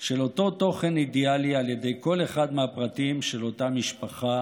של אותו תוכן אידיאלי על ידי כל אחד מהפרטים של אותה משפחה